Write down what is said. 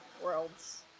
worlds